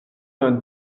d’un